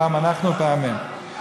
פעם אנחנו פעם הם.